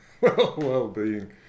well-being